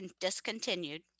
discontinued